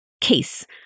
case